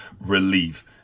relief